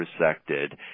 resected